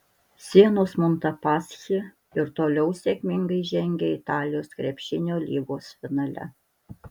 sienos montepaschi ir toliau sėkmingai žengia italijos krepšinio lygos finale